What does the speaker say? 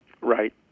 Right